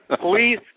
Please